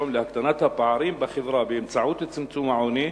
להקטנת הפערים בחברה באמצעות צמצום העוני,